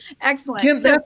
Excellent